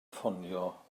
ffonio